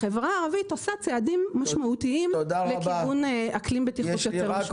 החברה הערבית עושה צעדים משמעותיים לכיוון אקלים בטיחות יותר משמעותי.